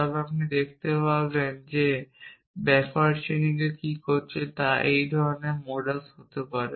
তবে আপনি দেখতে পাবেন যে ব্যাকওয়ার্ড চেইনিং কী করছে তা এই ধরণের মোডাস হতে পারে